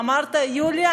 אמרת: יוליה,